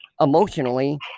emotionally